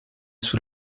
sous